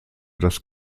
das